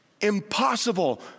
impossible